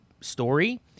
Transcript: story